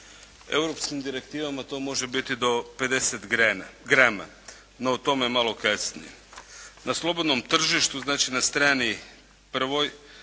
Europskim direktivama to može biti do 50 grama, no o tome malo kasnije. Na slobodnom tržištu, znači na strani prvoj,